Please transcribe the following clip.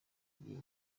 gihe